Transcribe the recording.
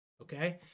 Okay